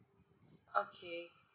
okay